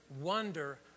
wonder